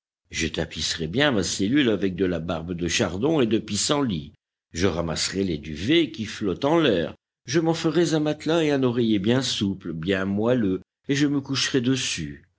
je tapisserais bien ma cellule avec de la barbe de chardon et de pissenlit je ramasserais les duvets qui flottent en l'air je m'en ferais un matelas et un oreiller bien souples bien moelleux et je me coucherais dessus